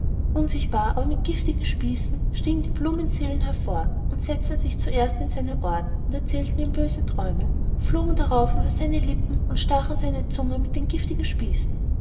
unsichtbar aber mit giftigen spießen stiegen die blumenseelen hervor und setzten sich zuerst in seine ohren und erzählten ihm böse träume flogen darauf über seine lippen und stachen seine zunge mit den giftigen spießen